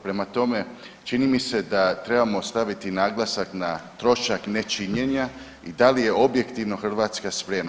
Prema tome, čini mi se da trebamo staviti naglasak na trošak nečinjenja i da li je objektivno Hrvatska spremna.